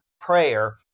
prayer